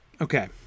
okay